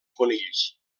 conills